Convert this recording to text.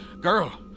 Girl